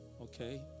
Okay